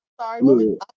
Sorry